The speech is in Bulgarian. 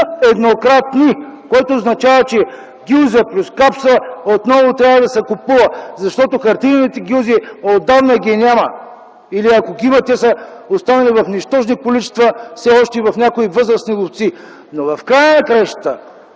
еднократни, което означава, че гилза плюс капса отново трябва да се купува, защото хартиените гилзи отдавна ги няма или ако ги има, те са останали в нищожни количества, все още в някои възрастни ловци. В края на краищата